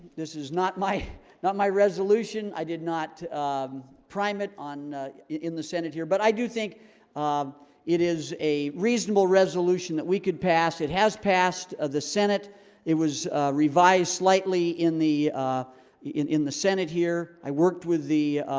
this is not my not my resolution i did not um prime it on in the senate here but i do think um it is a reasonable resolution that we could pass it has passed the senate it was revised slightly in the ah in in the senate here, i worked with the